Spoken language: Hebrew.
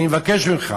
אני מבקש ממך,